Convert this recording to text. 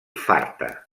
farta